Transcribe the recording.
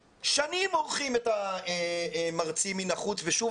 שנים מורחים את המרצים מן החוץ ושוב,